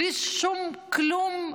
בלי שום כלום,